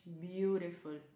beautiful